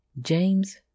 James